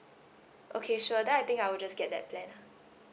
okay sure then I think I'll just get that plan ah